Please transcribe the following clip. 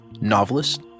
novelist